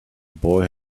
boy